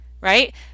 right